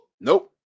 Nope